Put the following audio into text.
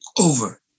over